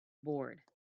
board